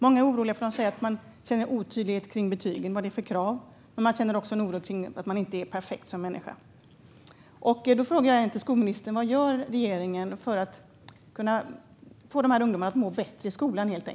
Många känner en otydlighet kring betygen och de krav som ställs, men man känner också en oro för att man inte är perfekt som människa. Därför vill jag fråga skolministern: Vad gör regeringen för att få dessa ungdomar att må bättre i skolan?